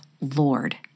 Lord